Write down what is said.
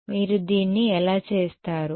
మీరు దీన్ని ఎలా చేస్తారు